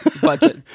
budget